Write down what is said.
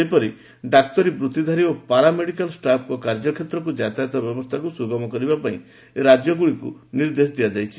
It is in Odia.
ସେହିପରି ଡାକ୍ତରୀ ବୃତ୍ତିଧାରୀ ଏବଂ ପାରା ମେଡିକାଲ୍ ଷ୍ଟାଫ୍ଙ୍କ କାର୍ଯ୍ୟକ୍ଷେତ୍ରକୁ ଯାତାୟତ ବ୍ୟବସ୍ଥାକୁ ସୁଗମ କରିବାପାଇଁ ରାଜ୍ୟଗୁଡ଼ିକୁ ନିର୍ଦ୍ଦେଶ ଦିଆଯାଇଛି